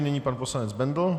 Nyní pan poslanec Bendl.